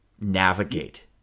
navigate